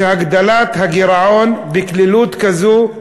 של הגדלת הגירעון בקלילות כזאת,